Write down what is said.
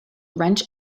wrench